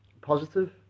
Positive